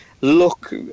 look